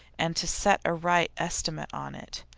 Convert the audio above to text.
and to set a right estimate on it.